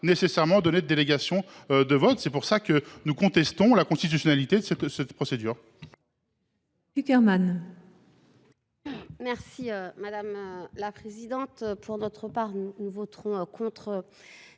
nécessairement donné de délégation de vote. Telle est la raison pour laquelle nous contestons la constitutionnalité de cette procédure.